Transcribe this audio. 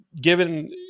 Given